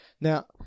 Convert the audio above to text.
now